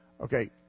Okay